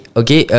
okay